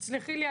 שתסלחי לי,